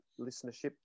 listenership